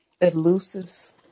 elusive